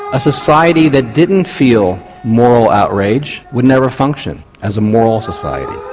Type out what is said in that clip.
a society that didn't feel moral outrage would never function as a moral society.